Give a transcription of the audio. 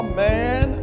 man